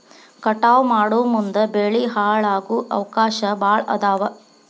ಕಟಾವ ಮಾಡುಮುಂದ ಬೆಳಿ ಹಾಳಾಗು ಅವಕಾಶಾ ಭಾಳ ಅದಾವ